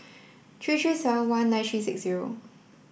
three three seven one nine three six zero